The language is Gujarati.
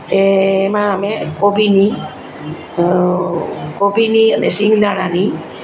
એમાં અમે કોબીની કોબીની અને શિંગ દાણાની